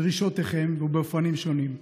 ובאופנים שונים".